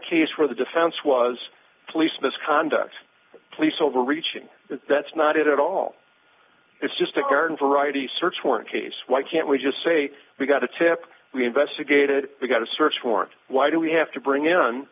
case where the defense was police misconduct police overreaching that's not it at all it's just a current variety search warrant case why can't we just say we got a tip we investigated got a search warrant why do we have to bring him